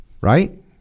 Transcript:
Right